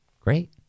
great